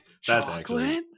Chocolate